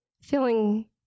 feeling